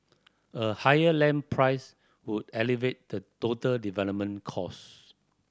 a higher land price would elevate the total development cost